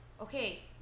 okay